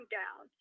down